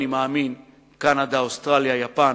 אני מאמין, קנדה, אוסטרליה, יפן